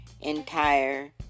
entire